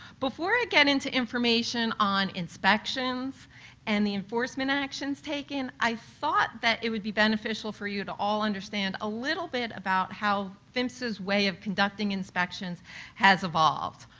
before i get into information on inspections and the enforcement actions taken, i thoughts that it would be beneficial for you to understand a little bit about how phmsa's way of conducting inspections has evolved.